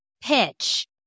pitch